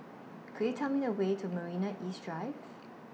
Could YOU Tell Me The Way to Marina East Drive